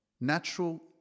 natural